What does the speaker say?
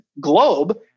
globe